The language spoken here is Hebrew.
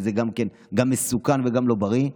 וזה גם מסוכן וגם לא בריא.